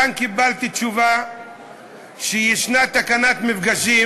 קיבלתי כאן תשובה שיש תקנת מפגשים,